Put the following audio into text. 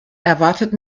erwartet